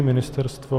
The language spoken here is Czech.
Ministerstvo?